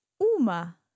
uma